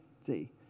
see